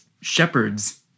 shepherds